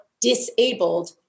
disabled